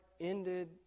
ended